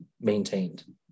maintained